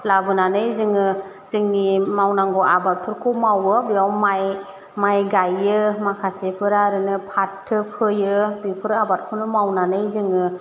लाबोनानै जोङो जोंनि मावनांगौ आबादफोरखौ मावो बेयाव माय माय गायो माखासेफोरा ओरैनो फाथो फोयो बेफोर आबादखौनो मावनानै जोङो